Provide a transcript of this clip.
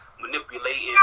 manipulating